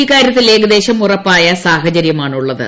ഇക്കാര്യത്തിൽ ഏകദേശം ഉറപ്പായ സാഹചര്യമാണുള്ളത്